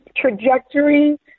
trajectory